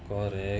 correct